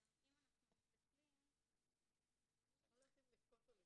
אני לא יודעת אם לבכות או לצחוק.